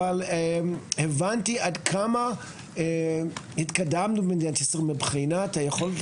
אבל הבנתי עד כמה התקדמנו במדינת ישראל מבחינת היכולת